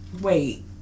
wait